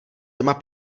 doma